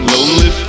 Lonely